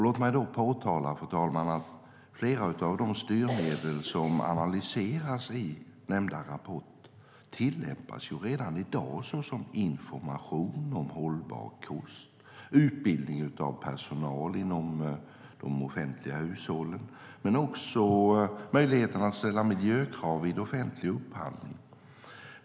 Låt mig påtala, fru talman, att flera av de styrmedel som analyseras i nämnda rapport redan i dag tillämpas, såsom information om hållbar kost, utbildning av personal i de offentliga hushållen och möjlighet att ställa miljökrav vid offentlig upphandling.